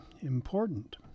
important